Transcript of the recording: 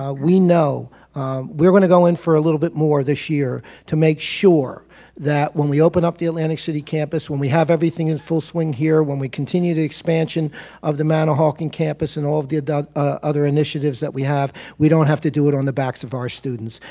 ah we know we're going to go in for a little bit more this year to make sure that when we open up the atlantic city campus, when we have everything in full swing here, when we continue the expansion of the manahawkin campus and all of the and other initiatives that we have, we don't have to do it on the backs of our students.